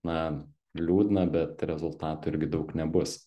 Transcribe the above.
na liūdna bet rezultatų irgi daug nebus